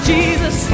Jesus